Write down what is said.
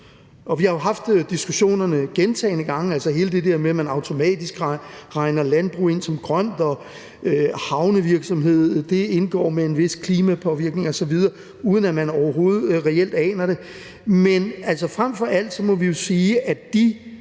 Og vi har jo haft diskussionerne gentagne gange, altså hele det der med, at man automatisk regner landbrug ind som grønt, og at havnevirksomhed indgår med en vis klimapåvirkning osv., uden at man overhovedet reelt aner det. Men altså, frem for alt må vi jo sige, at de